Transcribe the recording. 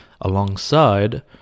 alongside